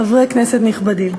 תודה רבה, חברי כנסת נכבדים,